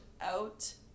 out